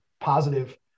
positive